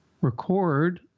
record